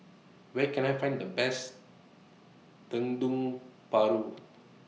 Where Can I Find The Best Dendeng Paru